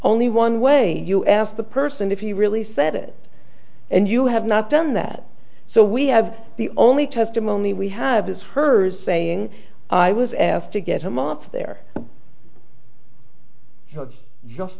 only one way you ask the person if you really said it and you have not done that so we have the only testimony we have is heard saying i was asked to get him off there just